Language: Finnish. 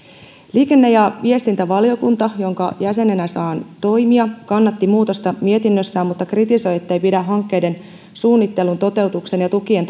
liikenne ja viestintävaliokunta jonka jäsenenä saan toimia kannatti muutosta mietinnössään mutta kritisoi että ei pidä hankkeiden suunnittelun toteutuksen ja tukien